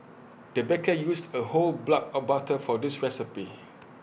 the baker used A whole block of butter for this recipe